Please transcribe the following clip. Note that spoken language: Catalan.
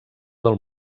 del